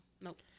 nope